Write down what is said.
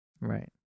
Right